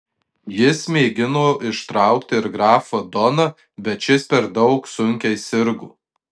jis mėgino ištraukti ir grafą doną bet šis per daug sunkiai sirgo